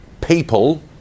people